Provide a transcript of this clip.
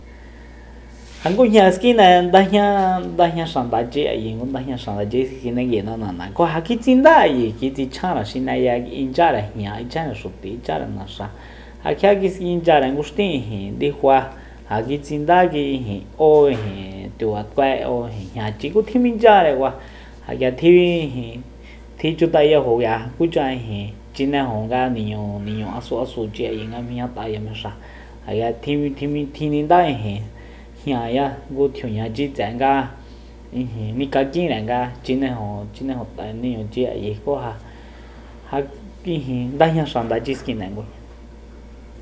Ja ngujña skine'a ndajña nddajña- xandachiayi ngu ndajña xananchi skinenguina na'na ku ja kitsindá ayi kitsichjanre xineya inchyare jña inchyare xuti inchyare naxa ja kjia inchyare ngu xtin ijin ndifa ja kitsinda ijin ó tibatkue o ijin jñachi kutjiminchyareku ja k'ia tji- ijin tjich'ut'ayajo k'ia kucha ijin chinejo nga niñu- niñu asuasuchi ayi nga mijñat'a yamexáa ndsañá tjini- tjininda ijin jñaya ngu tjiuñachi tse'e nga nikakinre nga chineju chineju niñuchi ayi ku ja- ja ndajña xandachi skine ngujña